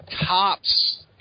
Cops